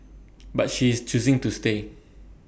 but she is choosing to stay